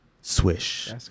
Swish